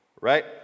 Right